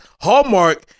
Hallmark